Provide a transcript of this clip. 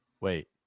Wait